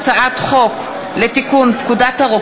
הצעת חוק הגנת הצרכן (תיקון,